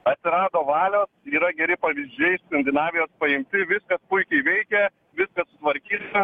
atsirado valios yra geri pavyzdžiai skandinavijos paimti viskas puikiai veikia viskas sutvarkyta